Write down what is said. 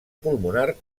pulmonar